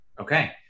okay